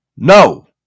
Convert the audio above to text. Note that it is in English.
No